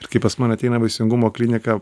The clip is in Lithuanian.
ir kai pas mane ateina į vaisingumo kliniką